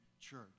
church